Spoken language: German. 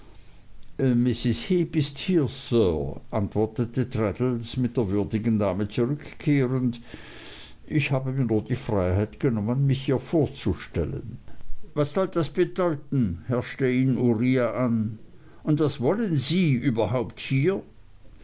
heep ist hier sir antwortete traddles mit der würdigen dame zurückkehrend ich habe mir nur die freiheit genommen mich ihr vorzustellen was soll das bedeuten herrschte ihn uriah an und was wollen sie überhaupt hier